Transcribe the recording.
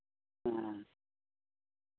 ᱦᱮᱸ